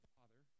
Father